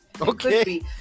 Okay